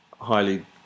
highly